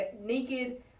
naked